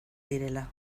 direla